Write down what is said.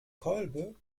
kolbe